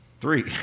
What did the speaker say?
Three